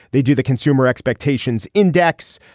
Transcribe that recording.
they do the consumer expectations index.